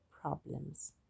problems